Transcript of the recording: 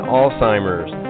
Alzheimer's